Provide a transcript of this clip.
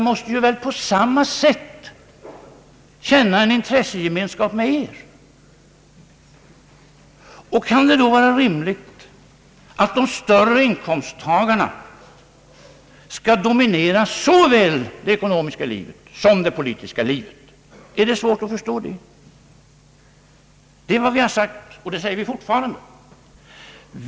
måste på samma sätt känna en intressegemenskap med er. Kan det då vara rimligt att de större inkomsttagarna skall dominera såväl det ekonomiska som det politiska livet? Är det svårt att förstå det? Det är vad vi har sagt, och det säger vi fortfarande.